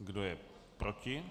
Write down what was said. Kdo je proti?